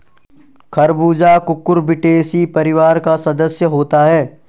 खरबूजा कुकुरबिटेसी परिवार का सदस्य होता है